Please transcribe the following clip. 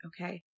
okay